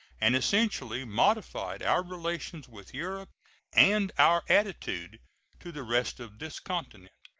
and essentially modified our relations with europe and our attitude to the rest of this continent.